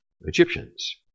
Egyptians